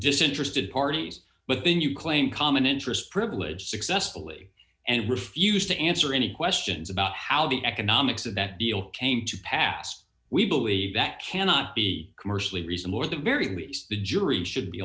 disinterested parties but then you claim common interests privilege successfully and refuse to answer any questions about how the economics of that deal came to pass we believe that cannot be commercially reason or the very least the jury should be